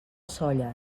sóller